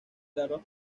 larvas